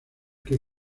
que